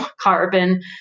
carbon